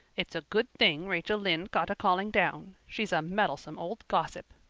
it's a good thing rachel lynde got a calling down she's a meddlesome old gossip,